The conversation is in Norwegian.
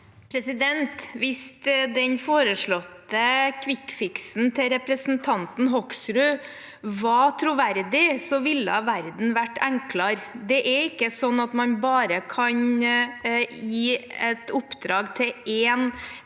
Hvis den fore- slåtte kvikkfiksen til representanten Hoksrud var troverdig, ville verden vært enklere. Det er ikke slik at man bare kan gi et oppdrag til én